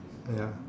ya